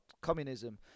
communism